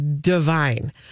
divine